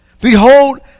Behold